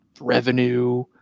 revenue